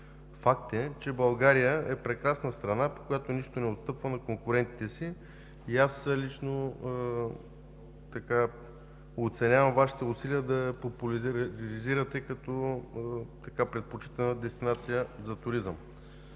Факт е, че България е прекрасна страна, която по нищо не отстъпва на конкурентите си, и лично аз оценявам Вашите усилия да я популяризирате като предпочитана дестинация за туризъм.